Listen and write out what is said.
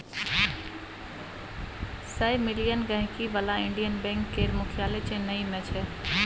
सय मिलियन गांहिकी बला इंडियन बैंक केर मुख्यालय चेन्नई मे छै